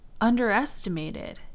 underestimated